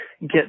get